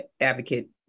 advocate